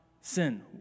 sin